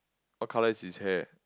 what colour is his hair